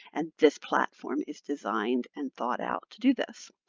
and this platform is designed and thought out to do this.